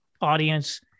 audience